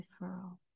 referral